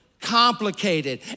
complicated